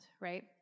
right